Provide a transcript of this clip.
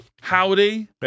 Howdy